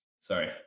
Sorry